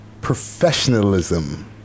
professionalism